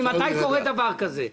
ממתי קורה דבר כזה?